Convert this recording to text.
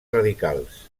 radicals